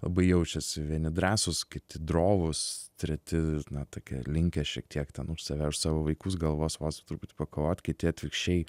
labai jaučiasi vieni drąsūs kiti drovūs treti na tokie linkę šiek tiek ten už save už savo vaikus gal vos vos truputį pakovot kiti atvirkščiai